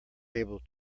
able